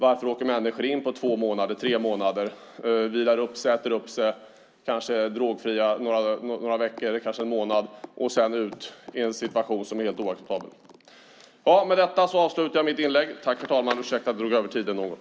Varför åker människor in på två tre månader, vilar upp sig, äter upp sig, kanske är drogfria några veckor eller en månad och sedan åker ut i en situation som är helt oacceptabel? Herr talman! Med detta avslutar jag mitt inlägg. Ursäkta att jag överskred talartiden något.